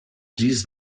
dies